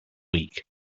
week